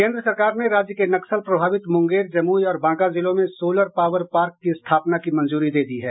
केन्द्र सरकार ने राज्य के नक्सल प्रभावित मुंगेर जमुई और बांका जिलों में सोलर पावर पार्क की स्थापना की मंजूरी दे दी है